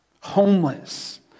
homeless